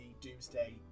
Doomsday